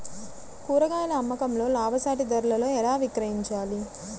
కూరగాయాల అమ్మకంలో లాభసాటి ధరలలో ఎలా విక్రయించాలి?